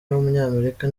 w’umunyamerika